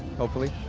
hopefully.